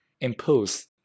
impose